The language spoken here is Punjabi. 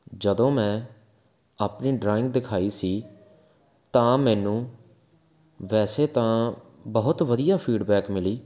ਜਦੋਂ ਮੈਂ ਆਪਣੀ ਡਰਾਇੰਗ ਦਿਖਾਈ ਸੀ ਤਾਂ ਮੈਨੂੰ ਵੈਸੇ ਤਾਂ ਬਹੁਤ ਵਧੀਆ ਫੀਡਬੈਕ ਮਿਲੀ